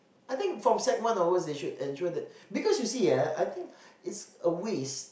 I think from sec one onwards they should ensure that because you see eh I think is a waste